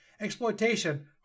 exploitation